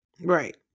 Right